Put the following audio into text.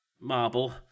marble